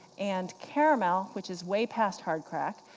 and caramel, which is way past hard crack,